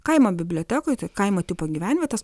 kaimo bibliotekoj tai kaimo tipo gyvenvietės